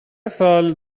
سؤال